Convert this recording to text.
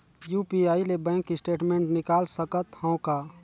UPI ले bank statement निकाल सकत हवं का?